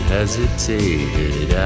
hesitated